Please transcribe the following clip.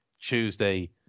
Tuesday